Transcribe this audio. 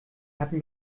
hatten